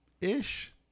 ish